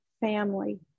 family